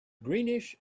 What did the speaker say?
greenish